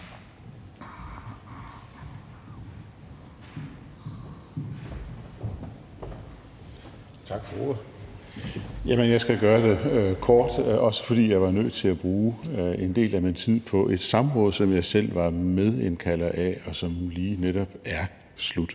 Tak for ordet. Jeg skal gøre det kort, også fordi jeg har været nødt til at bruge en del af min tid på et samråd, som jeg selv var medindkalder af, og som nu lige netop er slut.